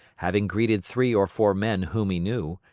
having greeted three or four men whom he knew,